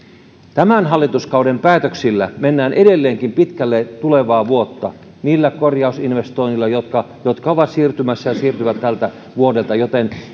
tämän hallituskauden päätöksillä mennään edelleenkin pitkälle tulevaa vuotta niillä korjausinvestoinneilla jotka jotka ovat siirtymässä ja siirtyvät tältä vuodelta joten